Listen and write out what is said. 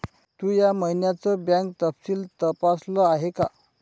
तू या महिन्याचं बँक तपशील तपासल आहे का?